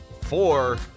four